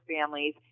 families